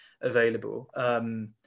available